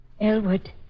Elwood